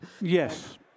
yes